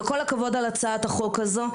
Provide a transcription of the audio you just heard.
וכל הכבוד על הצעת החוק הזו,